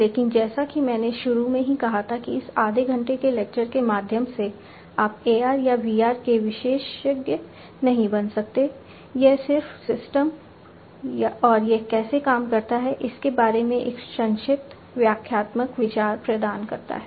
लेकिन जैसा कि मैंने शुरू में ही कहा था कि इस आधे घंटे के लेक्चर के माध्यम से आप AR या VR के विशेषज्ञ नहीं बन सकते हैं यह सिर्फ सिस्टम और यह कैसे काम करता है इसके बारे में एक संक्षिप्त व्याख्यात्मक विचार प्रदान करता है